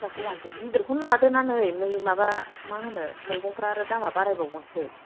फिसाखौ लानोसै गिदिरखौनो लादोना नै माबा मा होनो मैगंफ्रा आरो दामफ्रा बाराय बावगोनसो